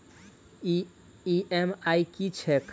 EMI की छैक?